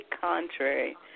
contrary